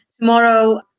Tomorrow